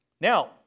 Now